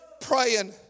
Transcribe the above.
praying